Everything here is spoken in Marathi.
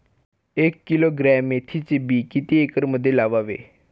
एक किलोग्रॅम मेथीचे बी किती एकरमध्ये लावावे?